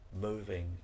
moving